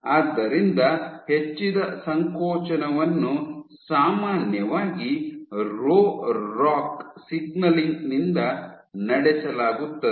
ಆದ್ದರಿಂದ ಹೆಚ್ಚಿದ ಸಂಕೋಚನವನ್ನು ಸಾಮಾನ್ಯವಾಗಿ ರೋ ರಾಕ್ ಸಿಗ್ನಲಿಂಗ್ ನಿಂದ ನಡೆಸಲಾಗುತ್ತದೆ